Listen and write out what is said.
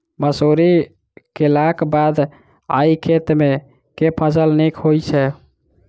मसूरी केलाक बाद ओई खेत मे केँ फसल नीक होइत छै?